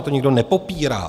To nikdo nepopírá.